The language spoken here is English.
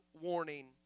warning